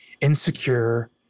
insecure